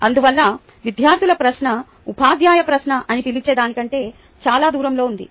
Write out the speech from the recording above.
అందువల్ల విద్యార్థుల ప్రశ్న ఉపాధ్యాయ ప్రశ్న అని పిలిచే దానికంటే కంటే చాలా దూరంలో ఉంది